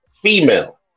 female